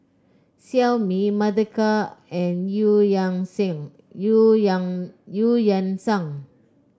Xiaomi Mothercare and Eu Yan Sim Eu Yan Eu Yan Sang